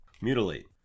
Mutilate